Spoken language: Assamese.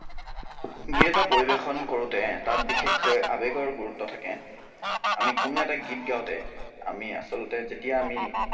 গীত এটা পৰিবেশন কৰোঁতে তাত বিশেষকৈ আৱেগৰ গুৰুত্ব থাকে আমি কোনো এটা গীত গাঁওতে আমি আচলতে যেতিয়া আমি